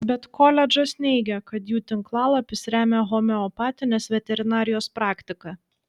bet koledžas neigia kad jų tinklalapis remia homeopatinės veterinarijos praktiką